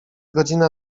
godzina